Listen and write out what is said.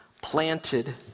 planted